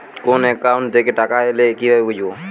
কোন একাউন্ট থেকে টাকা এল কিভাবে বুঝব?